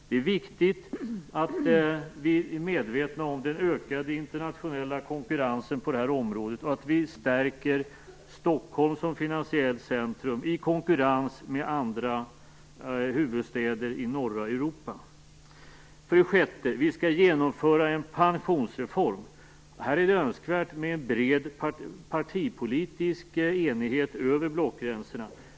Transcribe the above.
Det är viktigt att vi är medvetna om den ökade internationella konkurrensen på det här området och att vi stärker Stockholm som finansiellt centrum i konkurrens med andra huvudstäder i norra Europa. 6. Vi skall genomföra en pensionsreform. Här är det önskvärt med en bred partipolitisk enighet över blockgränserna.